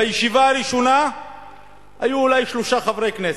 בישיבה הראשונה היו אולי שלושה חברי כנסת.